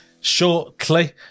shortly